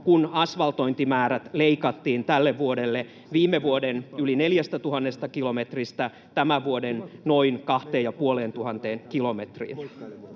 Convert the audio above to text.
kun asfaltointimäärät leikattiin tälle vuodelle viime vuoden yli 4 000 kilometristä tämän vuoden noin 2 500 kilometriin.